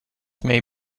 may